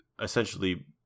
essentially